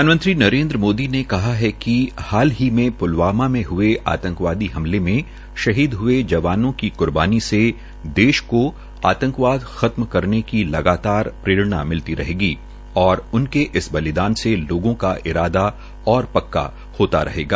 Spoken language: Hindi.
प्रधानमंत्री नरेन्द्र मोदी ने कहा है कि हाल ही में प्लवामा में हये आंतकवादी हमले में शहीद हये जवानों की क्बार्नी से देश को आंतकवाद खत्म करने की लगातार प्ररेणा मिलती रहेगी और उनसे इस बलिदान से लोगों का इरादा और पक्का होता रहेगा